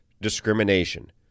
discrimination